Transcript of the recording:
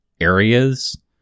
areas